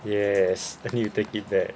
yes I need to take it back